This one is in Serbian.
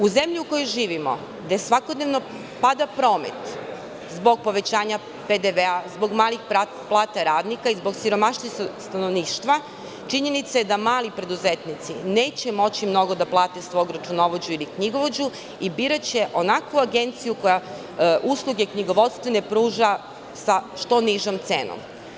U zemlji u kojoj živimo, gde svakodnevno pada promet zbog povećanja PDV, zbog malih plata radnika i zbog siromaštva stanovništva, činjenica je da mali preduzetnici neće moći mnogo da plate svog računovođu ili knjigovođu i biraće onakvu agenciju koja knjigovodstvene usluge pruža sa što nižom cenom.